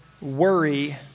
worry